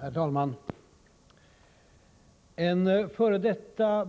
Herr talman! En f.d.